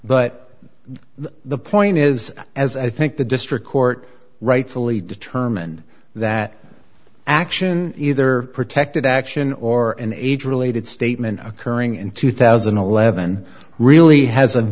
but the point is as i think the district court rightfully determined that action either protected action or an age related statement occurring in two thousand and eleven really has a